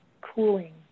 cooling